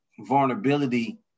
vulnerability